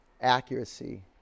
accuracy